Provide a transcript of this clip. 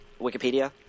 Wikipedia